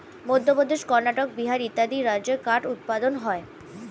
মধ্যপ্রদেশ, কর্ণাটক, বিহার ইত্যাদি রাজ্যে কাঠ উৎপাদন হয়